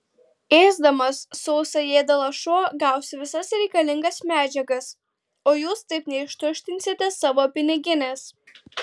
ėsdamas sausą ėdalą šuo gaus visas reikalingas medžiagas o jūs taip neištuštinsite savo piniginės